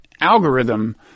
algorithm